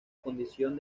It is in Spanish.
condición